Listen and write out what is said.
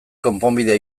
konponbidea